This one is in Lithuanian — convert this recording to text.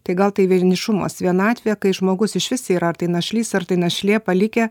tai gal tai vienišumas vienatvė kai žmogus išvis yra ar tai našlys ar tai našlė palikę